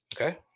okay